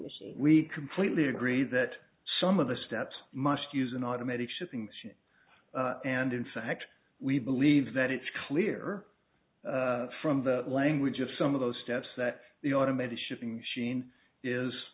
should we completely agree that some of the steps must use an automated shipping machine and in fact we believe that it's clear from the language of some of those steps that the automated shipping sheen is